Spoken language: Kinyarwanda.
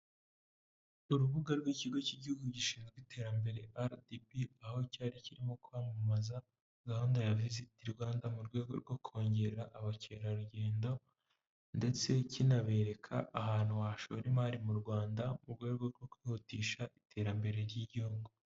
Urubuga rw'ikigo cy'igihugu gishinzwe iterambere RDB aho cyari kirimo kwamamaza gahunda ya viziti Rwanda mu rwego rwo kongera abakerarugendo ndetse kinabereka ahantu washora imari mu Rwanda mu rwego rwo kwihutisha iterambere ry'igihugu.